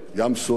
ים סוער.